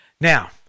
Now